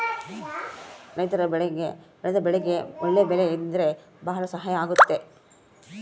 ರೈತರು ಬೆಳೆದ ಬೆಳೆಗೆ ಒಳ್ಳೆ ಬೆಲೆ ಇದ್ರೆ ಭಾಳ ಸಹಾಯ ಆಗುತ್ತೆ